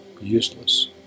useless